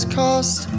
cost